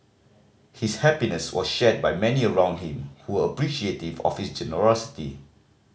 his happiness was shared by many around him who were appreciative of his generosity